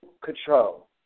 control